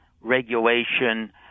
regulation